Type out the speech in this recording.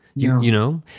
you you know.